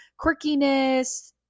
quirkiness